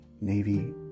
navy